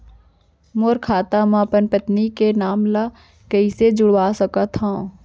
मोर खाता म अपन पत्नी के नाम ल कैसे जुड़वा सकत हो?